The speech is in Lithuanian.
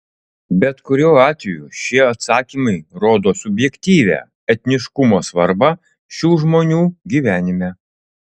bet kuriuo atveju šie atsakymai rodo subjektyvią etniškumo svarbą šių žmonių gyvenime